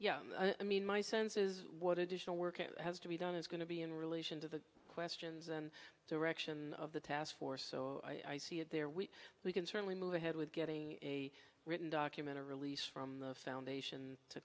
yeah i mean my sense is what additional work has to be done is going to be in relation to the questions and direction of the task force so i see it there we we can certainly move ahead with getting a written document a release from the foundation to